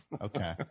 okay